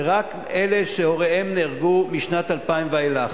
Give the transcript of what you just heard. רק אלה שהוריהם נהרגו משנת 2000 ואילך.